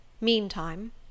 Meantime